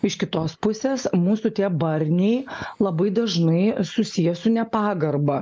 iš kitos pusės mūsų tie barniai labai dažnai susiję su nepagarba